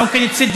אסור לירות על,